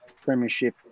premiership –